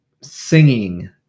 singing